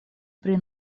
pri